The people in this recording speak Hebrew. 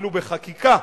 אפילו בחקיקה,